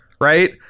right